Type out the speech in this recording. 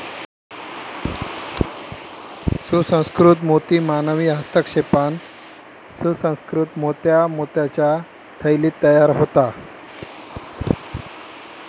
सुसंस्कृत मोती मानवी हस्तक्षेपान सुसंकृत मोत्या मोत्याच्या थैलीत तयार होता